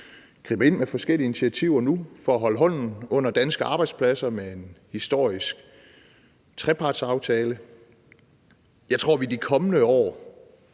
griber ind med forskellige initiativer nu – for at holde hånden under danske arbejdspladser med en historisk trepartsaftale. Jeg tror, at vi i de kommende år